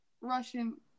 Russian